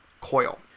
coil